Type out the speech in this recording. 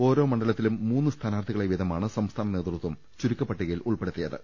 ഓരോ മണ്ഡലത്തിലും മൂന്ന് സ്ഥാനാർത്ഥികളെ വീത മാണ് സംസ്ഥാന നേതൃത്വം ചുരുക്കപ്പട്ടികയിൽ ഉൾപ്പെടുത്തിയത്